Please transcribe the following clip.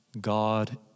God